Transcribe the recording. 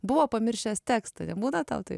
buvo pamiršęs tekstą nebūna tau tai